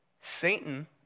Satan